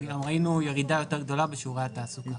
גם ראינו ירידה גדולה יותר בשיעורי התעסוקה.